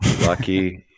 Lucky